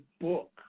book